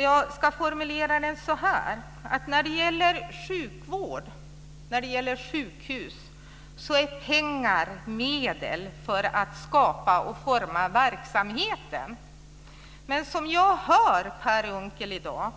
Jag ska formulera den så här: När det gäller sjukvård och sjukhus är pengar medel för att skapa och forma verksamheten. Men som jag förstår Per Unckel i dag